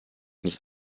nicht